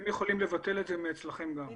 המשפטנים יקראו לזה איך שהם רוצים חידוש חוק,